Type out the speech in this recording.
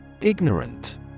ignorant